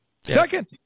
Second